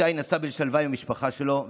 ישי נסע בשלווה עם המשפחה שלו,